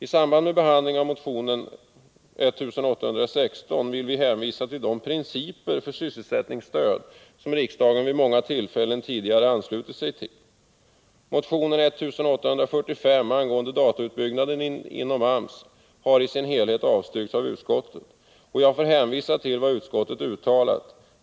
I samband med behandlingen av motion 1816 har vi hänvisat till de principer för sysselsättningsstöd som riksdagen vid många tidigare tillfällen har anslutit sig till. Motion 1845 angående datautbyggnaden inom AMS har i sin helhet tillstyrkts av utskottet. Jag hänvisar till vad utskottet uttalar.